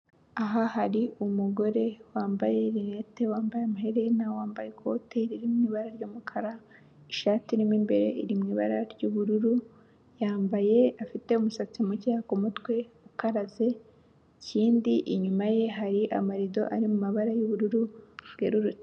Aha hari umugore wambaye rinete, wambaye amaherena, wambaye ikote ririmo ibara ry'umukara, ishati irimo imbere iri mu ibara ry'ubururu, yambaye, afite umusatsi muke mutwe ukaraze ikindi inyuma ye hari amarido ari mabara y'ubururu bwerurutse.